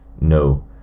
No